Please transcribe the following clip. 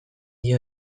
dio